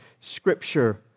Scripture